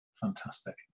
fantastic